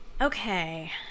Okay